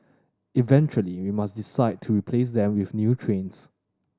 eventually we must decide to replace them with new trains